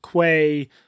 Quay